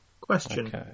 Question